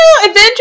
adventure